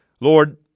Lord